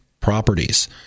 properties